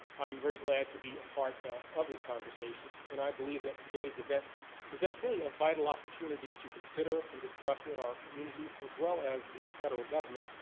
i am very glad to be a part of this conversation. and i believe that today's event presents really a vital opportunity to consider and discuss what our communities, as well as the federal government,